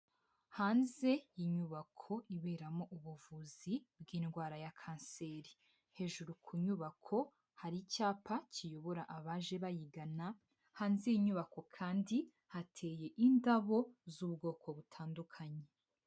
Hanze y'inyubako iberamo ubuvuzi bw'indwara ya kanseri, hejuru ku nyubako hari icyapa kiyobora abaje bayigana, hanze y'inyubako kandi hateye indabo z'ubwoko butandukanye.